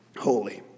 holy